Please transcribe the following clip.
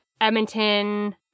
Edmonton